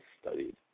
studied